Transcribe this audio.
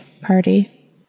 party